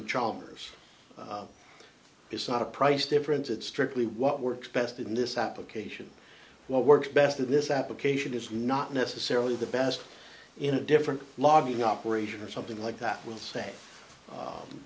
charmers it's not a price difference it's strictly what works best in this application what works best for this application is not necessarily the best in a different logging operation or something like that we'll say